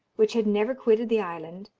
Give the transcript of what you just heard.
which had never quitted the island,